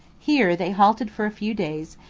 here they halted for a few days,